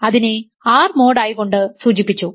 അതിനെ R mode I കൊണ്ട് സൂചിപ്പിച്ചു